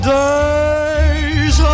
days